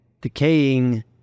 decaying